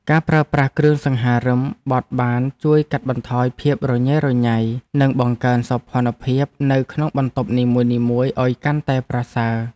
ការប្រើប្រាស់គ្រឿងសង្ហារិមបត់បានជួយកាត់បន្ថយភាពញ៉េរញ៉ៃនិងបង្កើនសោភ័ណភាពនៅក្នុងបន្ទប់នីមួយៗឱ្យកាន់តែប្រសើរ។